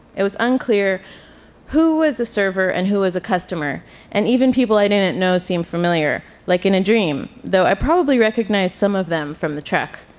it was unclear who was a server and who was a customer and even people i didn't know seemed familiar, like in a dream, though i probably recognized some of them from the truck.